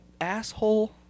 asshole